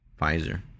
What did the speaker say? Pfizer